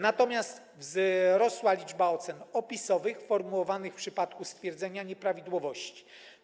Natomiast wzrosła liczba ocen opisowych, formułowanych w przypadku stwierdzenia nieprawidłowości.